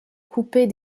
coupées